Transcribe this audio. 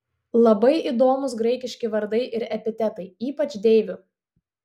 labai įdomūs graikiški vardai ir epitetai ypač deivių